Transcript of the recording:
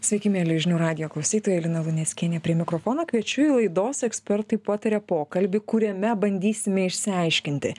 sveiki mieli žinių radijo klausytojai lina luneckienė prie mikrofono kviečiu į laidos ekspertai pataria pokalbį kuriame bandysime išsiaiškinti